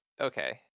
okay